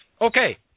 Okay